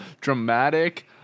Dramatic